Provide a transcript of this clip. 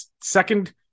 second